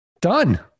Done